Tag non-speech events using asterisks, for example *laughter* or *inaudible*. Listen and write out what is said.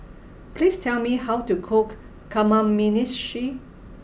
*noise* please tell me how to cook Kamameshi